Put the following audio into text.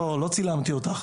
לא צילמתי אותך.